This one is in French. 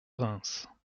reims